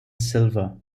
silver